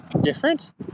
different